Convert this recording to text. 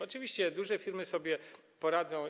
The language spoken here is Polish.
Oczywiście duże firmy sobie poradzą.